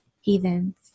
heathens